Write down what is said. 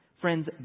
Friends